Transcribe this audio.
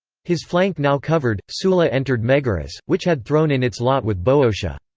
his flank now covered, sulla entered megaris, which had thrown in its lot with boeotia.